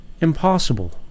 impossible